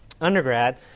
undergrad